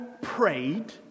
prayed